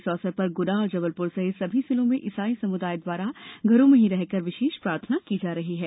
इस अवसर पर गुना और जबलपुर सहित सभी जिलों में इसाई समुदाय द्वारा घरों में रहकर ही विशेष प्रार्थना की जा रही है